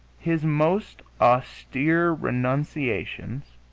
his most austere renunciations